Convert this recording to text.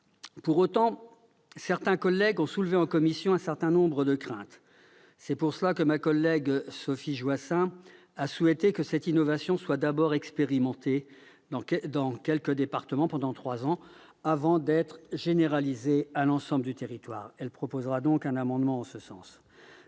Pour autant, plusieurs de nos collègues ont émis en commission un certain nombre de craintes. C'est pourquoi Sophie Joissains a souhaité que cette innovation soit d'abord expérimentée dans quelques départements pendant trois ans, avant d'être généralisée à l'ensemble du territoire. Elle proposera un amendement en ce sens.